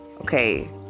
okay